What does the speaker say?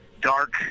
dark